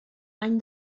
any